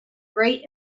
great